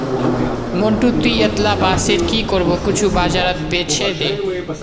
मंटू, ती अतेला बांसेर की करबो कुछू बाजारत बेछे दे